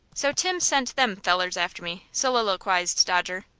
so tim sent them fellers after me? soliloqized dodger.